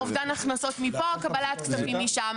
אובדן הכנסות מפה, קבלת כספים משם.